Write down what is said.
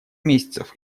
месяцев